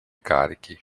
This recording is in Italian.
carichi